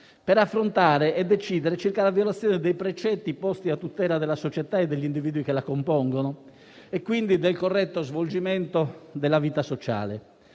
per affrontare e decidere circa la violazione dei precetti posti a tutela della società e degli individui che la compongono, quindi del corretto svolgimento della vita sociale.